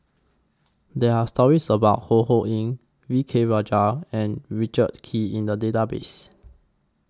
There Are stories about Ho Ho Ying V K Rajah and Richard Kee in The Database